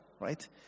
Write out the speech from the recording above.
Right